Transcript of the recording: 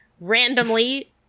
randomly